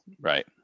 right